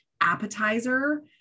appetizer